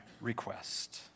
request